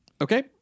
Okay